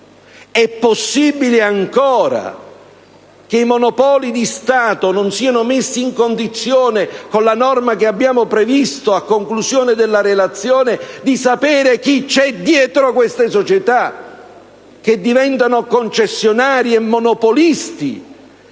È possibile che i Monopoli di Stato non siano ancora in condizione, con la norma prevista a conclusione della relazione, di sapere chi c'è dietro queste società, che diventano concessionarie e monopoliste